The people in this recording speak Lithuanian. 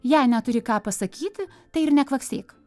jei neturi ką pasakyti tai ir nekvaksėk